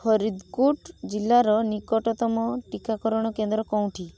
ଫରିଦ୍କୁଟ୍ ଜିଲ୍ଲାର ନିକଟତମ ଟିକାକରଣ କେନ୍ଦ୍ର କେଉଁଠି